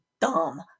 dumb